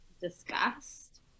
discussed